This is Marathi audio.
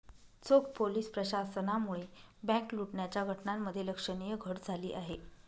चोख पोलीस प्रशासनामुळे बँक लुटण्याच्या घटनांमध्ये लक्षणीय घट झाली आहे